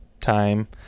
time